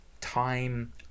time